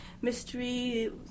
mystery